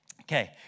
Okay